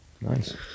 nice